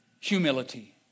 humility